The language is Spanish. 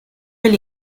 del